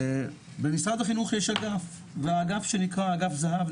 במשרד החינוך יש אגף שנקרא אגף זה"ב,